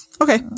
okay